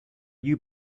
you